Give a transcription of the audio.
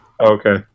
Okay